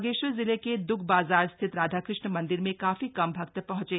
बागेश्वर जिले के द्ग बाजार स्थित राधा कृष्ण मंदिर में काफी कम भक्त पहुंचे